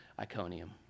Iconium